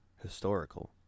historical